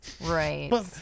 right